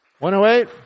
108